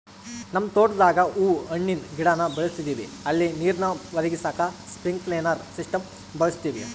ನಮ್ ತೋಟುದಾಗ ಹೂವು ಹಣ್ಣಿನ್ ಗಿಡಾನ ಬೆಳುಸ್ತದಿವಿ ಅಲ್ಲಿ ನೀರ್ನ ಒದಗಿಸಾಕ ಸ್ಪ್ರಿನ್ಕ್ಲೆರ್ ಸಿಸ್ಟಮ್ನ ಬಳುಸ್ತೀವಿ